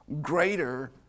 greater